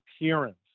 appearance